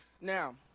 now